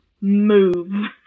Move